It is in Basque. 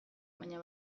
baina